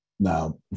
Now